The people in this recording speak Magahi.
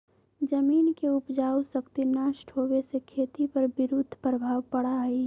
जमीन के उपजाऊ शक्ति नष्ट होवे से खेती पर विरुद्ध प्रभाव पड़ा हई